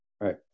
right